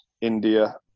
India